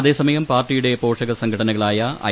അതേസമയം പാർട്ടിയുടെ പോഷക സംഘടനകളായ ഐ